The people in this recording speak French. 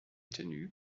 tenue